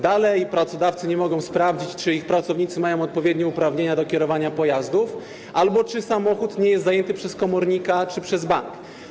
Dalej pracodawcy nie mogą sprawdzić, czy ich pracownicy mają odpowiednie uprawnienia do kierowania pojazdami albo czy samochód nie jest zajęty przez komornika czy przez bank.